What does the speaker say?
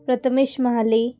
Prathamesh Mahale